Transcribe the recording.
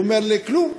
והוא אומר לי: כלום.